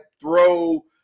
throw